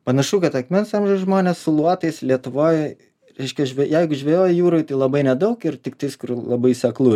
panašu kad akmens amžiaus žmonės su luotais lietuvoj reiškia žve jeigu žvejojo jūroj tai labai nedaug ir tiktais kur labai seklu